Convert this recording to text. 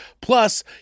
Plus